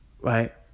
right